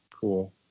Cool